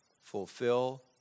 Fulfill